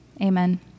amen